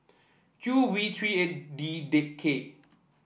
Q V three eight D K